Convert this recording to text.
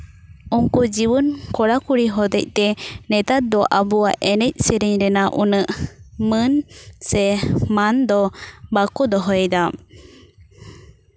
ᱩᱱᱠᱩ ᱡᱩᱣᱟᱹᱱ ᱠᱚᱲᱟᱼᱠᱩᱲᱤ ᱦᱚᱛᱮᱡ ᱛᱮ ᱱᱮᱛᱟᱨ ᱫᱚ ᱟᱵᱚᱣᱟᱜ ᱮᱱᱮᱡᱼᱥᱮᱨᱮᱧ ᱨᱮᱱᱟᱜ ᱩᱱᱟᱹᱜ ᱢᱟᱹᱱ ᱥᱮ ᱢᱟᱱ ᱫᱚ ᱵᱟᱠᱚ ᱫᱚᱦᱚᱭᱮᱫᱟ